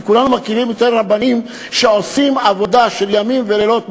כי כולנו מכירים היטב רבנים שעושים עבודה של ימים ולילות,